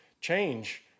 change